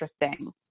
interesting